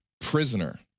prisoner